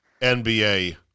NBA